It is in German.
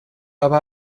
aber